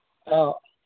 ꯑꯧ